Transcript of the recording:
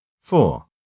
Four